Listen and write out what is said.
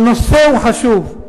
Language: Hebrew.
הנושא הוא חשוב.